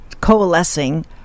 coalescing